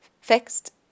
fixed